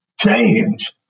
change